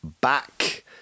back